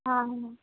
हाँ